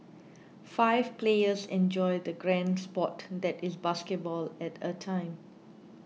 five players enjoy the grand sport that is basketball at a time